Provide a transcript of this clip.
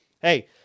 hey